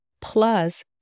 plus